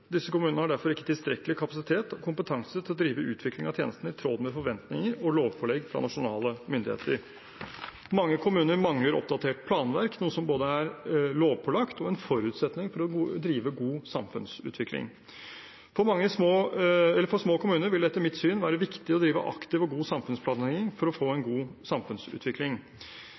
Disse kommunene har derfor ikke tilstrekkelig kapasitet og kompetanse til å drive utvikling av tjenestene i tråd med forventninger og lovpålegg fra nasjonale myndigheter. Mange kommuner mangler oppdaterte planverk, noe som både er lovpålagt og en forutsetning for å drive god samfunnsutvikling. For små kommuner vil det etter mitt syn være viktig å drive aktiv og god samfunnsplanlegging for å få en god samfunnsutvikling.